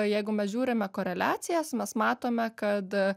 jeigu mes žiūrime koreliacijas mes matome kad